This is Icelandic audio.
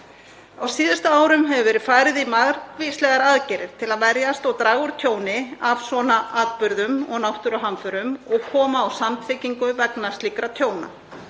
Á síðustu árum hefur verið farið í margvíslegar aðgerðir til að verjast og draga úr tjóni af svona atburðum og náttúruhamförum og koma á samtryggingu vegna slíkra tjóna;